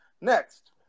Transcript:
Next